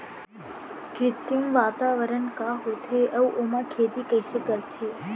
कृत्रिम वातावरण का होथे, अऊ ओमा खेती कइसे करथे?